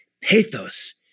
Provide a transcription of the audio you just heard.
Pathos